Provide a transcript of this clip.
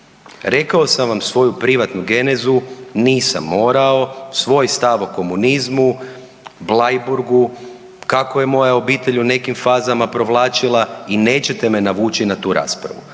Rekao sam vam svoju privatnu genezu, nisam morao, svoj stav o komunizmu, Bleiburgu, kako je moja obitelj u nekim fazama provlačila i nećete me navući na tu raspravu.